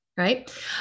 right